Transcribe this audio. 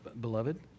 beloved